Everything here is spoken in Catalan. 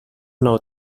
nou